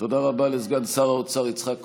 תודה רבה לסגן שר האוצר יצחק כהן.